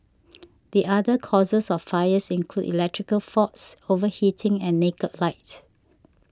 the other causes of fires include electrical faults overheating and naked light